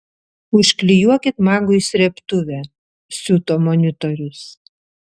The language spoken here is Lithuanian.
užklijuokit magui srėbtuvę siuto monitorius